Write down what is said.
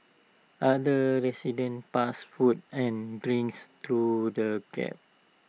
other residents passed food and drinks through the gap